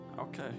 Okay